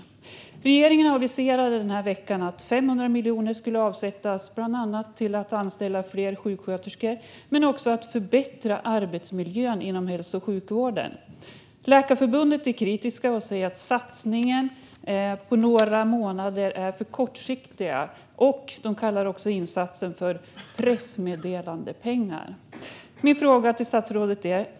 Regeringen aviserade denna vecka att 500 miljoner ska avsättas till att bland annat anställa fler sjuksköterskor och förbättra arbetsmiljön inom hälso och sjukvården. Läkarförbundet är kritiskt och säger att satsningen på några månader är för kortsiktig, och man kallar insatsen för pressmeddelandepengar.